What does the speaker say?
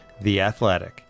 theathletic